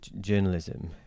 journalism